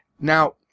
Now